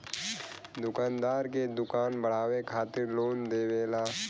दुकानदार के दुकान बढ़ावे खातिर लोन देवेला